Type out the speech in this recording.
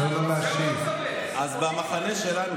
במחנה שלנו,